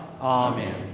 Amen